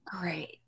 great